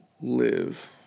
live